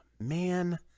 man